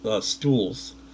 stools